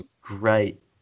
great